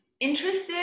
interested